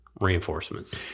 reinforcements